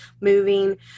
moving